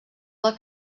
del